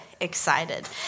excited